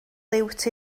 liwt